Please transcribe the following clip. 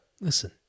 Listen